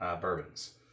bourbons